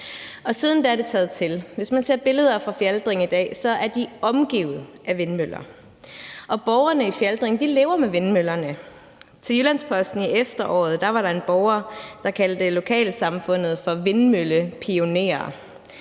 i dag, er de omgivet af vindmøller. Og borgerne i Fjaltring lever med vindmøllerne. Til Jyllands-Posten i efteråret var der en borger, der kaldte lokalsamfundet for vindmøllepionerer,